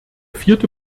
vierte